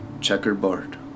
checkerboard